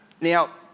Now